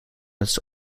his